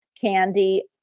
Candy